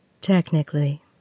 Technically